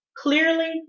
Clearly